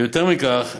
ויותר מכך,